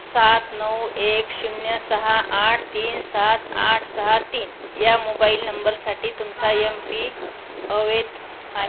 सात नऊ एक शून्य सहा आठ तीन सात आठ सहा तीन या मोबाईल नंबरसाठी तुमचा यमपी अवैध आहे